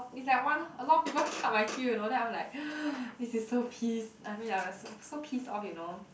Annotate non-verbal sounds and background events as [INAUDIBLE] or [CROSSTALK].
it's like one a lot people cut my queue you know then I'm [NOISE] like this is so piss I mean I was so pissed off you know